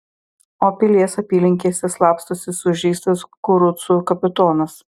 o pilies apylinkėse slapstosi sužeistas kurucų kapitonas